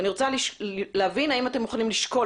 אני רוצה להבין האם אתם מוכנים לשקול